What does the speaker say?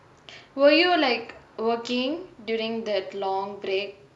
were you like working during that long break